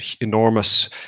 enormous